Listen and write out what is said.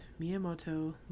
Miyamoto